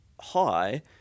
High